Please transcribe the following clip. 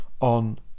on